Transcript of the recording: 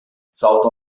south